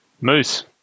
Moose